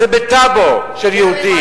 זה בטאבו של יהודים.